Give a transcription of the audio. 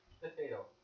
Potato